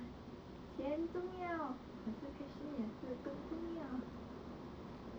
钱重要可是 passion 也是更重要